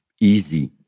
easy